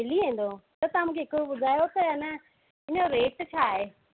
मिली वेंदो त तव्हां मूंखे हिकु ॿुधायो त इन इनजो रेट छा आहे